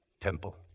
temple